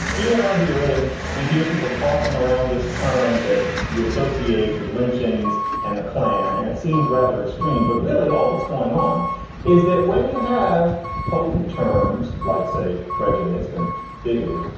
you and i hear it and we hear people tossing around this term that you associate with lynchings and the klan. and it seems rather extreme. but really all that's going on is that when you have potent terms like, say, prejudiced and bigoted,